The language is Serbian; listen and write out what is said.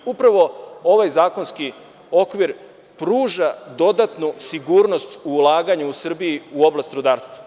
Upravo ovaj zakonski okvir pruža dodatnu sigurnost u ulaganje u Srbiji u oblast rudarstva.